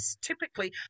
typically